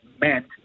meant